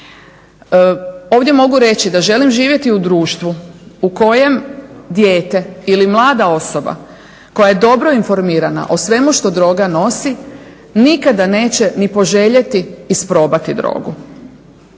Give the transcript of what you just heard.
Ovdje mogu reći da želim živjeti u društvu u kojem dijete ili mlada osoba koja je dobro informirana o svemu što droga nosi nikada neće ni poželjeti isprobati drogu.